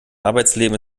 arbeitsleben